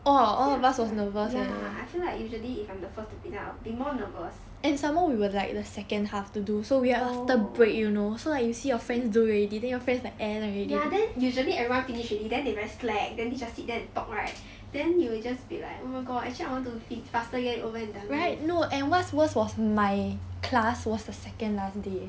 ya I feel like usually if I'm the first to present I will be more nervous oh ya then usually everyone finish already then they very slack then they just sit there and talk right then you will just be like oh my god actually I want to faster get it over and done with